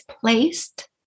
placed